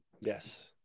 Yes